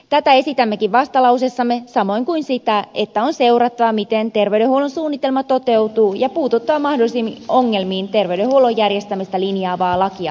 tätä esitämmekin vastalauseessamme samoin kuin sitä että on seurattava miten terveydenhuollon suunnitelma toteutuu ja puututtava mahdollisiin ongelmiin terveydenhuollon järjestämistä linjaavaa lakia säädettäessä